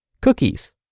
cookies